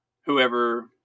whoever